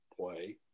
play